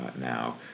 now